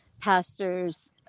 pastor's